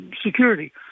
security